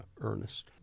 Ernest